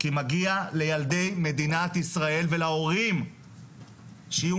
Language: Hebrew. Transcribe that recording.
כי מגיע לילדי מדינת ישראל ולהורים שיהיו